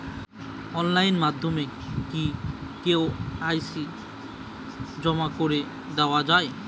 Online মাধ্যমে কি KYC জমা করে দেওয়া য়ায়?